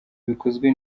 bikozwe